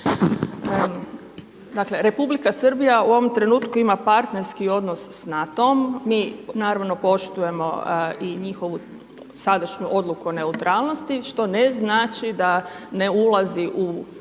Dakle, Republika Srbija u ovom trenutku ima partnerski odnos s NATO-om, mi naravno poštujemo i njihovu sadašnju odluku o neutralnosti što ne znači da ne ulazi u